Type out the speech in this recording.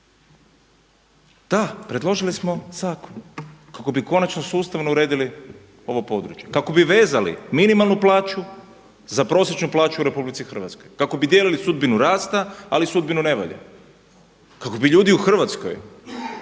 Da, predložili smo zakon kako bi konačno sustavno uredili ovo područje, kako bi vezali minimalnu plaću za prosječnu plaću u RH, kako bi dijelili sudbinu rasta, ali i sudbinu nevolje, kako bi ljudi u Hrvatskoj